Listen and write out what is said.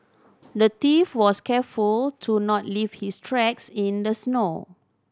the thief was careful to not leave his tracks in the snow